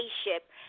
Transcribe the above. spaceship